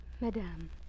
Madame